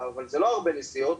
אבל זה לא הרבה נסיעות",